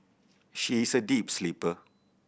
she is a deep sleeper